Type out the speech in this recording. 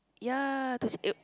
ya